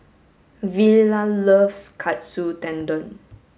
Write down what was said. Villa loves Katsu Tendon